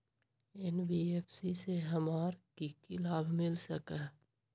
NBFC से हमार की की लाभ मिल सक?